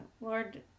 Lord